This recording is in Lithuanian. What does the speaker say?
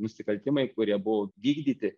nusikaltimai kurie buvo vykdyti